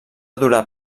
durar